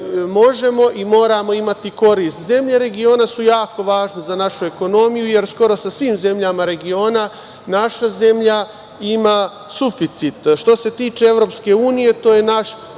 možemo i moramo imati koristi. Zemlje regiona su jako važne za našu ekonomiju, jer skoro sa svim zemljama regiona naša zemlja ima suficit. Što se tiče Evropske unije, to je naš